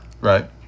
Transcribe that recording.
Right